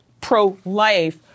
pro-life